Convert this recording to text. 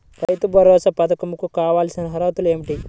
రైతు భరోసా పధకం కు కావాల్సిన అర్హతలు ఏమిటి?